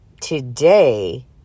Today